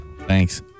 Thanks